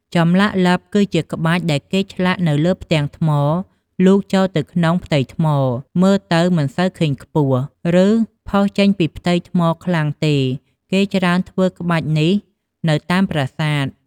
ចម្លាក់លិបគឺជាក្បាច់ដែលគេឆ្លាក់នៅលើផ្ទាំងថ្មលូកចូលទៅក្នុងផ្ទៃថ្ម មើលទៅមិនសូវឃើញខ្ពស់ ឬផុសចេញពីផ្ទៃថ្មខ្លាំងទេគេច្រើនធ្វើក្បាច់នេះនៅតាមប្រាសាទ។